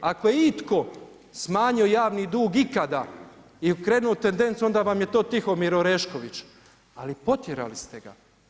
Ako je itko smanjio javni dug ikada i okrenuo tendenciju onda vam je to Tihomir Orešković, ali potjerali ste ga.